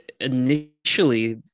initially